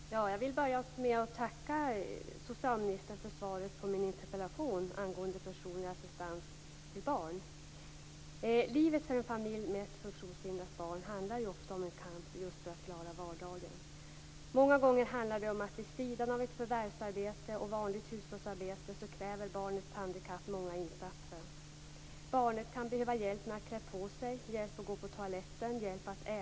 Fru talman! Jag vill börja med att tacka socialministern för svaret på min interpellation om personlig assistans till barn. Livet för en familj med ett funktionshindrat barn handlar ju ofta om en kamp för att klara vardagen. Många gånger handlar det om att, vid sidan av ett förvärvsarbete, klara de insatser som barnets handikapp kräver. Barnet kan behöva hjälp med att klä på sig, hjälp med att gå på toaletten, hjälp med att äta.